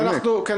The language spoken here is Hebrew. לא, לא.